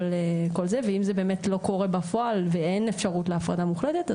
ואם זה באמת לא קורה בפועל ואין אפשרות להפרדה מוחלטת,